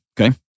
Okay